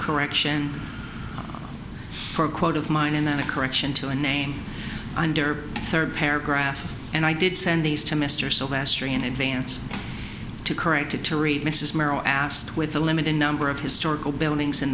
correction for a quote of mine and then a correction to a name under third paragraph and i did send these to mr sylvester in advance to correct it to read mrs merrill asked with the limited number of historical buildings in